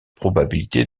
probabilité